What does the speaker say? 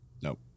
Nope